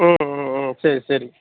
ம் ம் ம் சரி சரி